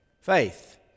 faith